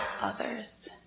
others